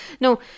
no